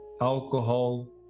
alcohol